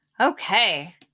Okay